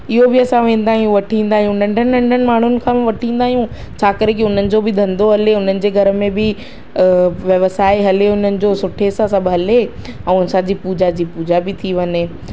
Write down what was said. इहो बि असां वेंदा आहियूं वठी ईंदायूं नंढनि नंढनि माण्हुनि खां वठी ईंदा आहियूं छा करे कि हुननि जो बि धंधो हले उन्हनि जे घर में बि व्यवसाय हले उन्हनि जो सुठे सां सभु हले ऐं असांजी पूजा जी पूजा बि थी वञे